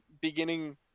Beginning